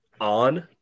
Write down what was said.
on